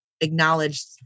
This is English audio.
acknowledged